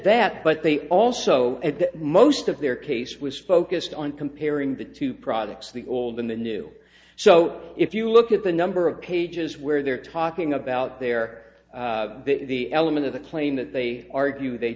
that but they also at most of their case was focused on comparing the two products the old in the new so if you look at the number of pages where they're talking about there the element of the claim that they argue they